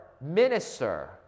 minister